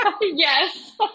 yes